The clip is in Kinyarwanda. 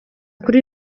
kuri